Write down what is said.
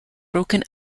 broken